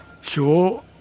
Sure